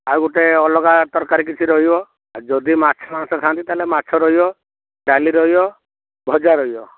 ଆଉ ଗୋଟେ ଅଲଗା ତରକାରୀ କିଛି ରହିବ ଯଦି ମାଛ ଫାଛ ଖାଆନ୍ତି ତା'ହେଲେ ମାଛ ରହିବ ଡାଲି ରହିବ ଭଜା ରହିବ